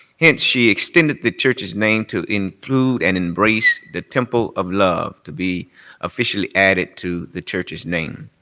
hence she extended the church's name to include and embrace the temple of love to be officially added to the church's name.